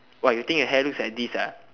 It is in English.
what you think your hair looks like this ah